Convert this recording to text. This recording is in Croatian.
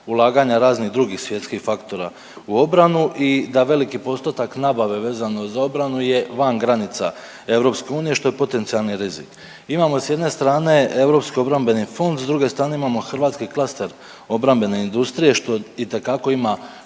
ulaganja raznih drugih svjetskih faktora u obranu i da veliki postotak nabave vezano za obranu je van granica EU što je potencijalni rizik. Imamo s jedne strane Europski obrambeni fond, s druge strane imamo hrvatski klaster obrambene industrije što itekako ima